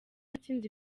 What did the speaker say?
yatsinze